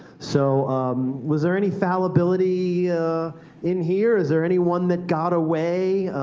so was there any fallibility in here? is there any one that got away,